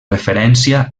referència